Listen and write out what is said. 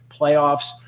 playoffs